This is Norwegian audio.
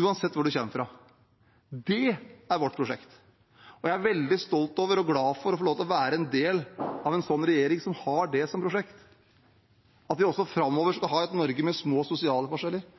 uansett hvor man kommer fra. Det er vårt prosjekt. Jeg er veldig stolt over og glad for å få lov til å være en del av en regjering som har det som prosjekt, at vi også framover skal ha et Norge med små sosiale forskjeller